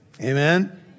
Amen